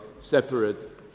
separate